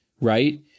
right